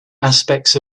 aspects